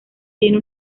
tiene